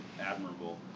admirable